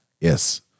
Yes